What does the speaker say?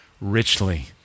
richly